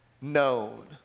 known